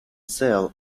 sell